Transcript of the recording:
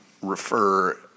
refer